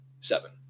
seven